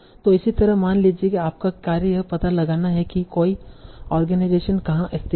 तो इसी तरह मान लीजिए कि आपका कार्य यह पता लगाना है कि कोई आर्गेनाइजेशन कहाँ स्थित है